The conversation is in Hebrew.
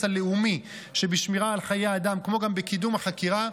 הלאומי שבשמירה על חיי אדם כמו גם בקידום החקירה,